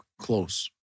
close